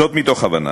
זאת, מתוך הבנה